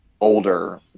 older